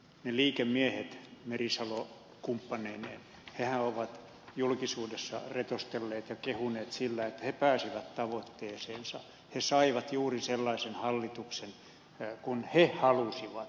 ne liikemiehethän merisalo kumppaneineen ovat julkisuudessa retostelleet ja kehuneet että he pääsivät tavoitteeseensa he saivat juuri sellaisen hallituksen kuin he halusivat